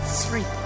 three